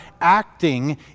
acting